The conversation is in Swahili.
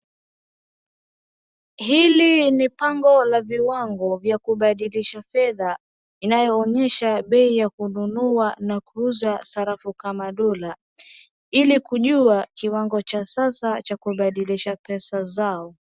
Hili ni pango la viwango vya kubadilisha fedha inayoonyesha bei ya kununua na kuuza sarafu kama Dola. Ili kujua kiwango cha sasa cha kubadilisha pesa zao.